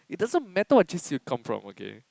it doesn't matter what j_c you come from okay